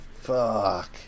Fuck